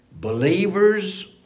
Believers